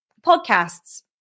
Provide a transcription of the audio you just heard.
podcasts